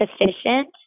sufficient